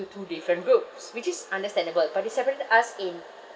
two different groups which is understandable but they separated us in